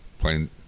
playing